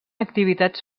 activitats